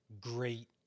great